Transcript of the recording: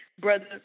brother